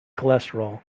cholesterol